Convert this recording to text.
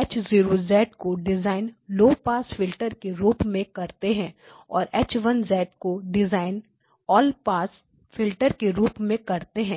H 0 को design low pass filter के रूप में करते हैं और H 1 को डिजाइन ल पास फिल्टर के रूप में करते हैं